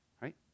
right